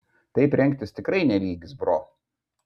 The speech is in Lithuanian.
taip rengtis tikrai ne lygis bro